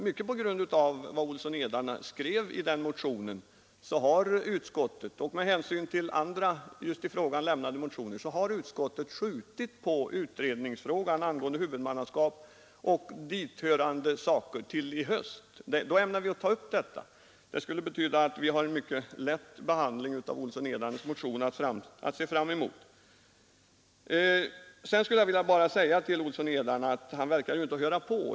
Mycket på grund av vad herr Olsson i Edane skrev i denna motion och med hänsyn till andra i frågan lämnade motioner har utskottet skjutit på utredningsfrågan angående huvudmannaskap och därmed sammanhängande saker till i höst. Det skulle betyda att vi har att emotse en mycket lätt behandling av herr Olssons i Edane motion. Det verkar som om herr Olsson i Edane inte hör på.